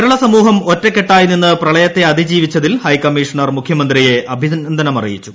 കേരള സമൂഹം ഒറ്റക്കെട്ടായി നിന്ന് പ്രിളിയത്തെ അതിജീവിച്ചതിൽ ഹൈക്കമ്മീഷണർ മുഖ്യമന്ത്രിയ്ക്ക് അഭീനന്ദനമറിയിച്ചു